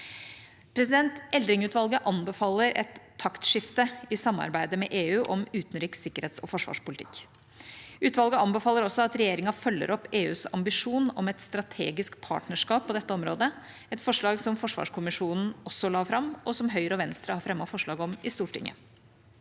være med. Eldring-utvalget anbefaler et taktskifte i samarbeidet med EU om utenriks-, sikkerhets- og forsvarspolitikk. Utvalget anbefaler også at regjeringa følger opp EUs ambisjon om et strategisk partnerskap på dette området, et forslag som forsvarskommisjonen også la fram, og som Høyre og Venstre har fremmet forslag om i Stortinget.